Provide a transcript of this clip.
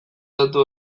datu